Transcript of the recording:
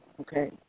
okay